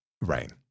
Right